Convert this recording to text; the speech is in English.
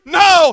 no